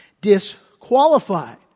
disqualified